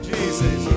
Jesus